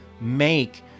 make